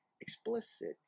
explicit